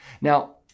Now